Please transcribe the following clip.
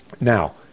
Now